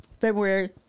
February